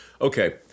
Okay